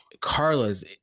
Carla's